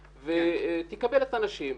ותקבל את האנשים,